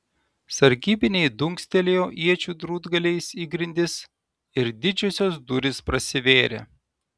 sargybiniai dunkstelėjo iečių drūtgaliais į grindis ir didžiosios durys prasivėrė